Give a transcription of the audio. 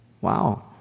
Wow